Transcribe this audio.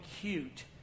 cute